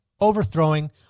overthrowing